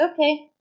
okay